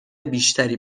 بیشتری